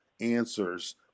answers